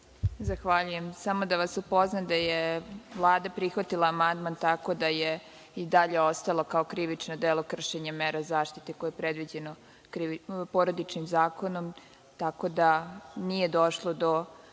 Zahvaljujem. Samo da vas upoznam da je Vlada prihvatila amandman, tako da je i dalje ostalo kao krivično delo kršenje mera zaštite koje je predviđeno Porodičnim zakonom, tako da nije došlo do